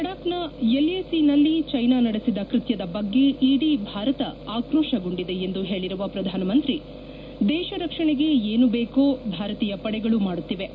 ಲಡಾಖ್ನ ಎಲ್ಎಸಿಯಲ್ಲಿ ಚೈನಾ ನಡೆಸಿದ ಕೃತ್ತದ ಬಗ್ಗೆ ಇಡೀ ಭಾರತ ಆಕ್ರೋಶಗೊಂಡಿದೆ ಎಂದು ಪೇಳಿರುವ ಪ್ರಧಾನಮಂತ್ರಿ ದೇಶ ರಕ್ಷಣೆಗೆ ಏನು ಬೇಕೋ ಭಾರತೀಯ ಪಡೆಗಳು ಮಾಡುತ್ತಿವೆ